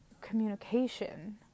communication